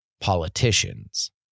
politicians